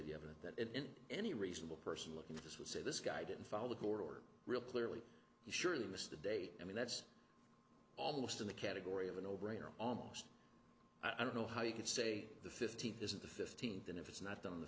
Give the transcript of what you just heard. the evidence that in any reasonable person looking at this would say this guy didn't follow the court or real clearly he surely missed the day i mean that's almost in the category of a no brainer almost i don't know how you could say the fifteenth this is the fifteenth and if it's not on the